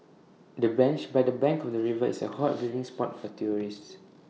the bench by the bank of the river is A hot viewing spot for tourists